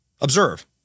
observe